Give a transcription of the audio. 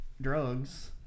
drugs